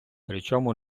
причому